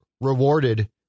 rewarded